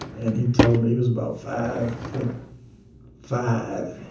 and he told me he was about five foot five,